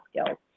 skills